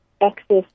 access